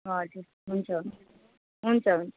हजुर हुन्छ हुन्छ हुन्छ हुन्छ